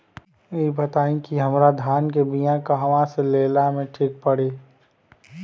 इ बताईं की हमरा धान के बिया कहवा से लेला मे ठीक पड़ी?